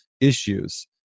issues